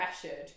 pressured